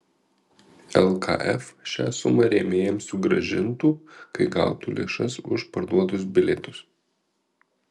lkf šią sumą rėmėjams sugrąžintų kai gautų lėšas už parduotus bilietus